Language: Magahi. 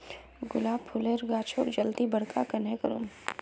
गुलाब फूलेर गाछोक जल्दी बड़का कन्हे करूम?